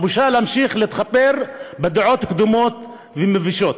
הבושה היא להמשיך להתחפר בדעות קדומות ומבישות.